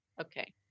Okay